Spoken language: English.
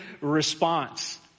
response